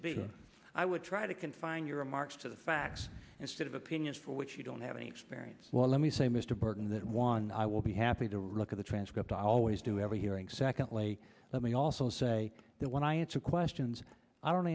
to be i would try to confine your remarks to the facts instead of opinions for which you don't have any experience well let me say mr burton that one i will be happy to record the transcript i always do have a hearing secondly let me also say that when i answer questions i'd on